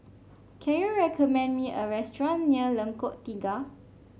can you recommend me a restaurant near Lengkok Tiga